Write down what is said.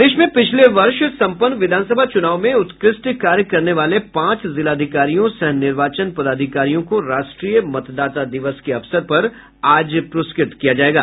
प्रदेश में पिछले वर्ष सम्पन्न विधानसभा चूनाव में उत्कृष्ट कार्य करने वाले पांच जिलाधिकारियों सह निर्वाचन पदाधिकारियों को राष्ट्रीय मतदाता दिवस के अवसर पर आज पुरस्कृत किया जायेगा